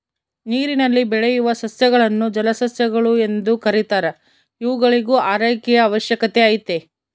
ನೀರಿನಲ್ಲಿ ಬೆಳೆಯುವ ಸಸ್ಯಗಳನ್ನು ಜಲಸಸ್ಯಗಳು ಎಂದು ಕೆರೀತಾರ ಇವುಗಳಿಗೂ ಆರೈಕೆಯ ಅವಶ್ಯಕತೆ ಐತೆ